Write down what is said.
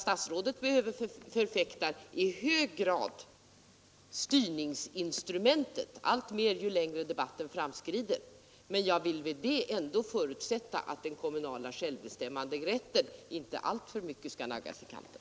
Statsrådet förfäktar styrningsinstrumentet alltmer, ju längre debatten fortskrider, men jag förutsätter ändå att den kommunala självbestämmanderätten inte skall naggas alltför mycket i kanten.